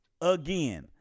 again